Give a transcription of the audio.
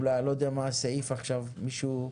אני לא יודע מה הסעיף עכשיו, מישהו,